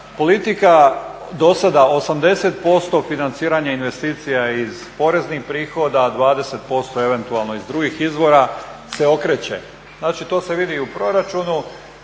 politika do sada 80% financiranja investicija iz poreznih prihoda, 20% eventualno iz drugih izvora se okreće, znači to se vidi u proračunu.